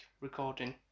recording